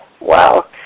Wow